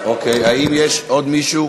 האם יש עוד מישהו?